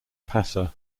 passer